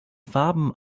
farben